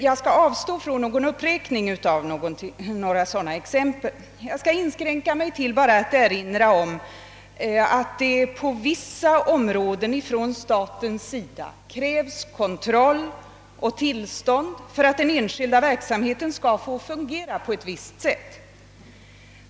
Jag skall avstå från en uppräkning av sådana exempel och inskränka mig till att erinra om att staten på vissa områden kräver kontroll och tillstånd för att den enskilda verksamheten skall få fungera på ett visst sätt.